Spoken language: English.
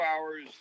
hours